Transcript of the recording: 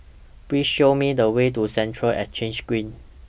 Please Show Me The Way to Central Exchange Green